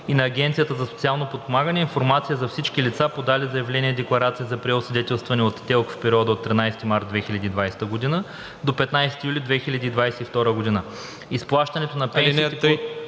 Агенцията за социално подпомагане информация за всички лица, подали заявление-декларация за преосвидетелстване от ТЕЛК в периода от 13 март 2020 г. до 15 юли 2022 г. (3) Изплащането на пенсиите